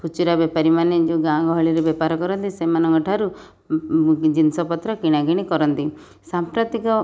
ଖୁଚୁରା ବେପାରୀମାନେ ଯେଉଁ ଗାଁ ଗହଳିରେ ବେପାର କରନ୍ତି ସେମାନଙ୍କଠାରୁ ଜିନିଷପତ୍ର କିଣାକିଣି କରନ୍ତି ସାମ୍ପ୍ରତିକ